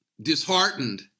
disheartened